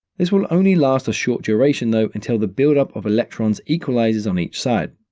this will only last a short duration, though, until the buildup of electrons equalizes on each side.